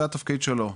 זה התפקיד שלו,